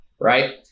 right